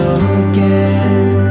again